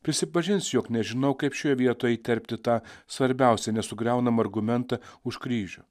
prisipažinsiu jog nežinau kaip šioje vietoje įterpti tą svarbiausią nesugriaunamą argumentą už kryžių